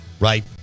Right